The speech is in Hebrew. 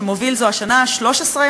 שמוביל זו השנה ה-13,